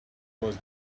was